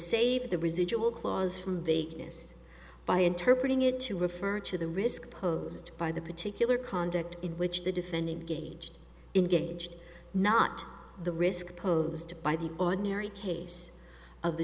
save the residual clause from vegas by interpreting it to refer to the risk posed by the particular conduct in which the defendant gauged engaged not the risk posed by the ordinary case of the